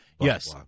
Yes